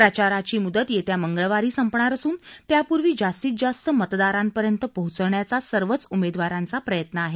प्रचाराची मुदत येत्या मंगळवारी संपणार असून त्यापूर्वी जास्तीत जास्त मतदारांपर्यंत पोचवण्याचा सर्वच उमेदवारांचा प्रयत्न आहे